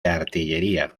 artillería